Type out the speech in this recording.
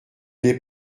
n’est